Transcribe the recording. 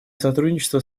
сотрудничество